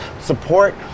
support